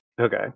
Okay